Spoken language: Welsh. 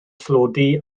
tlodi